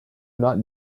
not